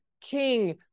king